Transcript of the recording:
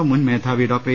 O മുൻ മേധാവി doctor A